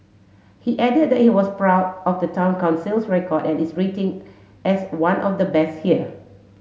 he added that he was proud of the Town Council's record and its rating as one of the best here